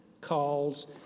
calls